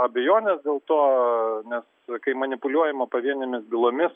abejones dėl to nes kai manipuliuojama pavienėmis bylomis